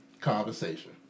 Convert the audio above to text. conversation